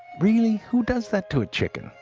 really, who does that to a chicken?